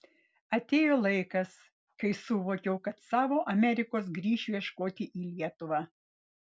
atėjo laikas kai suvokiau kad savo amerikos grįšiu ieškoti į lietuvą